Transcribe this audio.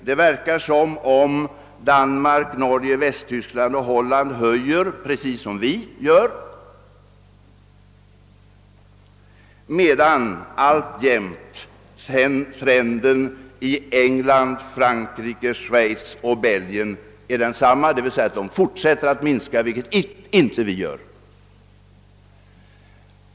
Det verkar som om Danmark, Norge, Västtyskland och Holland gör precis som vi, medan trenden i England, Frankrike, Schweiz och Belgien alltjämt är densamma, d. v. s. dessa länder fortsätter att minska sina försvarsutgifter, vilket vi inte gör.